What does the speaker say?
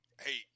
Hey